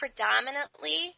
predominantly